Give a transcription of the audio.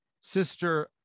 Sister